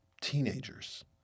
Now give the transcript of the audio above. teenagers